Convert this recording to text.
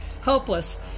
helpless